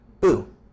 Boo